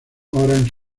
orange